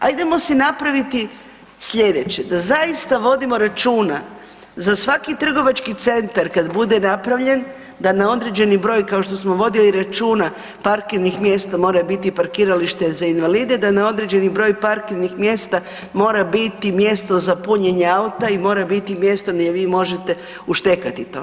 Ajdemo si napraviti slijedeće, da zaista vodimo računa za svaki trgovački centar kad bude napravljen da na određeni broj kao što smo vodili računa parkirnih mjesta mora biti parkiralište za invalide, da na određeni broj parkirnih mjesta mora biti mjesto za punjenje auta i mora biti mjesto gdje vi možete uštekati to.